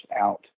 out